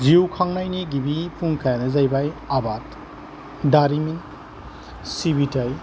जिउ खांनायनि गिबि फुंखायानो जाहैबाय आबाद दारिमिन सिबिथाय